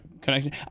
connection